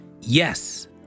Yes